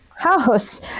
house